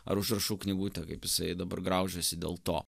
ar užrašų knygutę kaip jisai dabar graužiasi dėl to